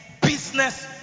business